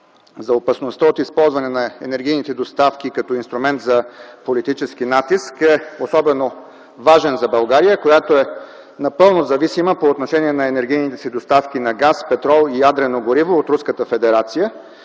за опасността от използване на енергийните доставки като инструмент за политически натиск е особено важен за България, която е напълно зависима по отношение на енергийните си доставки на газ, петрол и ядрено гориво от